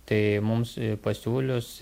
tai mums pasiūlius